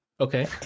okay